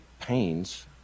pains